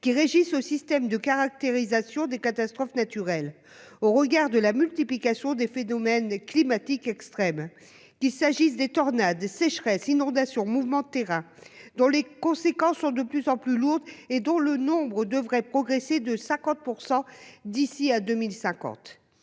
régissant le système de caractérisation des catastrophes naturelles au regard de la multiplication des phénomènes climatiques extrêmes- tornades, sécheresse, inondations, mouvements de terrain ... -dont les conséquences sont de plus en plus lourdes et dont le nombre devrait augmenter de 50 % d'ici à 2050.